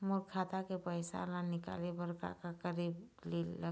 मोर खाता के पैसा ला निकाले बर का का करे ले लगथे?